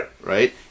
right